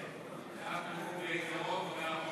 כהצעת